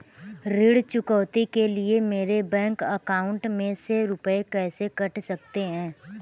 ऋण चुकौती के लिए मेरे बैंक अकाउंट में से रुपए कैसे कट सकते हैं?